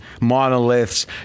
monoliths